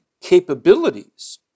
capabilities